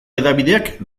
hedabideak